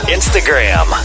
Instagram